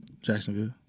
Jacksonville